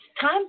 time